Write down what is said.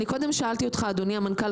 קודם שאלתי אותך אדוני המנכ"ל,